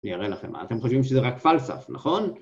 ‫אני אראה לכם מה. ‫אתם חושבים שזה רק פלסף, נכון?